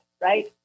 right